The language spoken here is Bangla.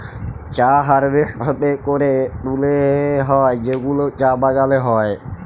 চা হারভেস্ট হ্যাতে ক্যরে তুলে হ্যয় যেগুলা চা বাগালে হ্য়য়